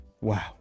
wow